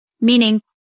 meaning